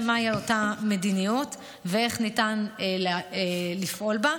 מהי אותה מדיניות ואיך ניתן לפעול בה,